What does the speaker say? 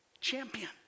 Champion